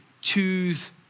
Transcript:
choose